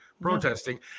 protesting